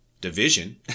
division